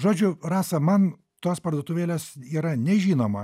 žodžiu rasa man tos parduotuvėlės yra nežinoma